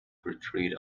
retreat